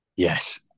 Yes